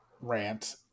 rant